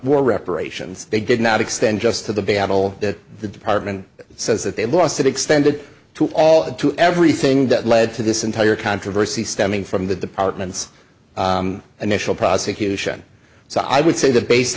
war reparations they did not extend just to the battle that the department says that they lost it extended to all to everything that led to this entire controversy stemming from the department's an initial prosecution so i would say that based